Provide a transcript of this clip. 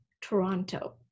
Toronto